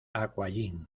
aquagym